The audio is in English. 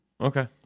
Okay